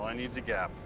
i need is a gap.